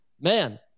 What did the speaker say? Man